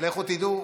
לכו תדעו,